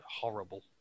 horrible